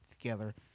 together